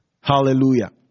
Hallelujah